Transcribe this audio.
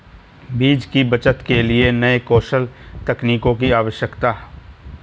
बीज की बचत के लिए नए कौशल तकनीकों की आवश्यकता है